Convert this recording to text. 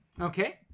Okay